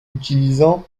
utilisant